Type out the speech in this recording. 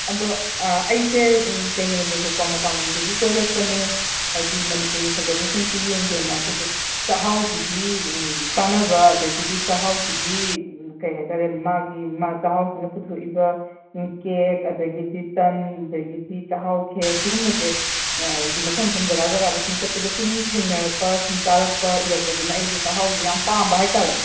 ꯑꯗꯣ ꯑꯩꯁꯦ ꯀꯩꯅꯣꯅꯦꯕꯀꯣ ꯃꯄꯥꯜ ꯂꯝꯗꯒꯤ ꯀꯣꯏꯔꯛꯄꯅꯦ ꯍꯥꯏꯕꯗꯤ ꯃꯅꯤꯄꯨꯔꯒꯤ ꯐꯖꯕ ꯁꯤꯡꯁꯤ ꯌꯦꯡꯒꯦꯅ ꯑꯗꯨꯕꯨ ꯆꯥꯛꯍꯥꯎꯁꯤꯒꯤ ꯀꯥꯟꯅꯕ ꯑꯗꯒꯤꯗꯤ ꯆꯥꯛ ꯍꯥꯎꯁꯤꯒꯤ ꯀꯩ ꯍꯥꯏꯇꯥꯔꯦ ꯃꯥꯒꯤ ꯆꯥꯛꯍꯥꯎꯁꯤꯅ ꯄꯨꯊꯣꯛꯏꯕ ꯀꯦꯛ ꯑꯗꯒꯤꯗꯤ ꯇꯟ ꯑꯗꯒꯤꯗꯤ ꯆꯥꯛꯍꯥꯎ ꯈꯦꯔꯁꯤꯒꯨꯝꯕꯁꯦ ꯃꯐꯝ ꯍꯥꯏꯗꯤ ꯃꯐꯝ ꯖꯒꯥ ꯖꯒꯥꯗ ꯁꯨꯝ ꯆꯠꯄꯗ ꯁꯨꯝ ꯊꯦꯡꯅꯔꯛꯄ ꯁꯨꯝ ꯆꯥꯔꯛꯄ ꯎꯔꯛꯄꯗꯨꯅ ꯑꯩꯁꯦ ꯆꯥꯛꯍꯥꯎꯁꯦ ꯌꯥꯝ ꯄꯥꯝꯕ ꯍꯥꯏꯕ ꯇꯥꯔꯦ